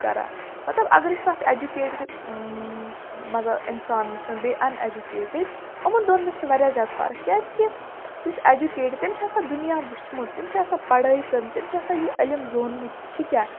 کَران مَطلَب اگر أسۍ اَکھ اٮ۪جُکیٹِڈ مطلب اِنسان وٕچھُن بیٚیہِ اَن اٮ۪جُکیٹِڈ یِمَن دۄن منٛز چھِ واریاہ زیادٕ فَرق کیٛازِکہِ یُس اٮ۪جُکیٹِڈ تٔمۍ چھِ آسان دُنیا وٕچھمُت تٔمۍ چھِ آسان پَڑٲے کٔرمہٕ تٔمۍ چھِ آسان یہِ علم زونمُت چھِ کیٛاہ